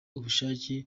ubushake